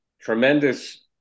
tremendous